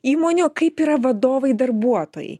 įmonių kaip yra vadovai darbuotojai